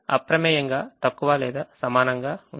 అప్రమేయంగా తక్కువ లేదా సమానంగా ఉంది